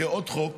יהיה עוד חוק